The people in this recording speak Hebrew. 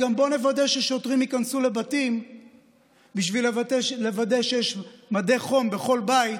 גם בואו נוודא ששוטרים ייכנסו לבתים בשביל לוודא שיש מד-חום בכל בית,